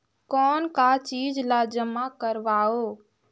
कौन का चीज ला जमा करवाओ?